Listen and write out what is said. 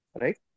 right